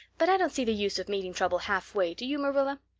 but i don't see the use of meeting trouble halfway, do you, marilla?